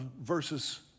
versus